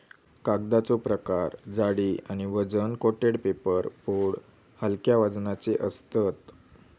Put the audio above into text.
कागदाचो प्रकार जाडी आणि वजन कोटेड पेपर बोर्ड हलक्या वजनाचे असतत